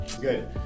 good